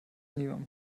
niemandem